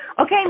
Okay